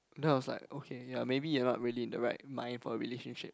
then I was like okay ya maybe you're not really in the right mind for a relationship